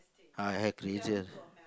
I have craziest